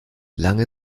lange